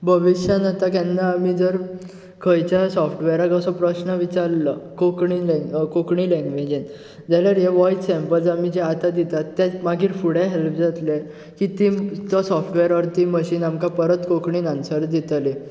भविश्यान आतां केन्ना आमी जर खंयच्याय सॉफ्टवॅराक असो प्रस्न विचारलो कोंकणीन लॅ कोंकणी लॅग्वेजीन जाल्यार हे वॉयस सेम्पल्स आमी जे आतां दितात तेच मागीर फुडें हॅल्प जातसे की ती तो सॉफ्टवॅर ऑर ती मशीन आमकां परत कोंकणीन आन्सर दितली